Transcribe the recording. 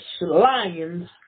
lions